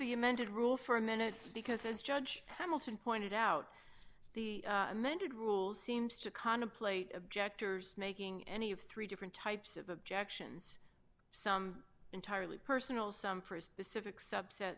amended rule for a minute because as judge hamilton pointed out the amended rule seems to contemplate objectors making any of three different types of objections some entirely personal some for a specific subset